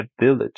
village